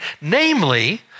namely